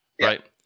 right